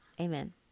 Amen